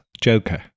Joker